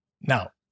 now